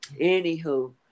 anywho